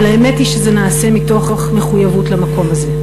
אבל האמת היא שזה נעשה מתוך מחויבות למקום הזה,